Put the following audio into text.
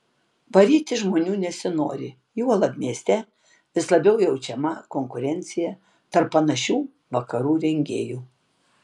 varyti žmonių nesinori juolab mieste vis labiau jaučiama konkurencija tarp panašių vakarų rengėjų